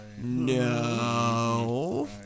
No